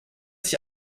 sich